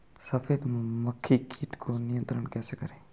सफेद मक्खी कीट को नियंत्रण कैसे करें?